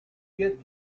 get